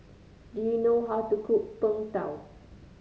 do you know how to cook Png Tao